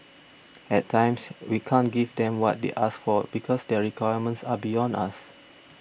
at times we can't give them what they ask for because their requirements are beyond us